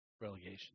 relegation